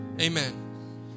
Amen